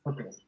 Okay